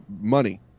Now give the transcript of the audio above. Money